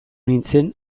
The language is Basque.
nintzen